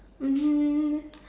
mmhmm